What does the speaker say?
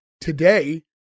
today